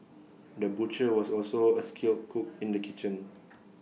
the butcher was also A skilled cook in the kitchen